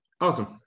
Awesome